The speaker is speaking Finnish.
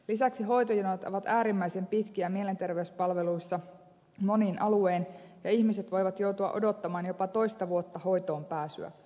lisäksi hoitojonot ovat äärimmäisen pitkiä mielenterveyspalveluissa monin aluein ja ihmiset voivat joutua odottamaan jopa toista vuotta hoitoonpääsyä